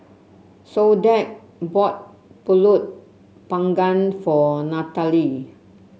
Soledad bought pulut panggang for Natalee